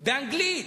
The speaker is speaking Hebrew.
באנגלית,